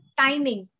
timing